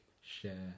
share